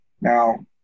Now